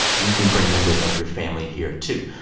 you can bring members of your family here, too.